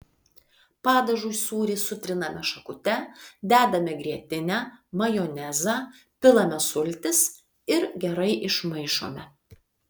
padažui sūrį sutriname šakute dedame grietinę majonezą pilame sultis ir gerai išmaišome